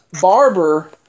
barber